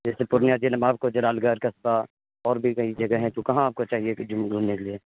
جیسے پورنیہ ضلع میں آپ کو جلال گڑھ قصبہ اور بھی کئی جگہ ہے تو کہاں آپ کو چاہیے کہ گھومنے کے لیے